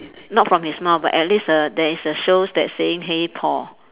not from his mouth but at least a there is a shows that saying hey Paul